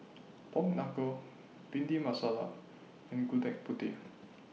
Pork Knuckle Bhindi Masala and Gudeg Putih